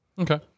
Okay